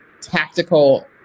tactical